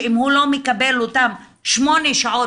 שאם הוא לא מקבל אותן שמונה שעות,